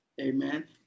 Amen